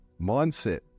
mindset